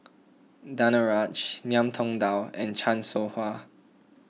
Danaraj Ngiam Tong Dow and Chan Soh Ha